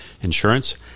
insurance